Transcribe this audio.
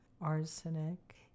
arsenic